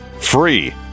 free